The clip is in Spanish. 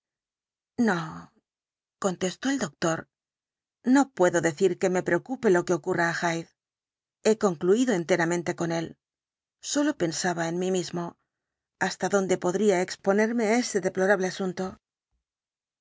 no contestó el doctor no puedo decir que me preocupe lo que ocurra á hyde he concluido enteramente con él sólo pensaba en mí mismo hasta dónde podría exponerme ese deplorable asunto